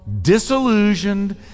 disillusioned